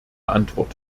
antwort